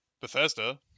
Bethesda